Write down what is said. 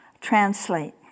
translate